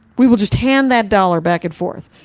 we will just hand that dollar back and forth.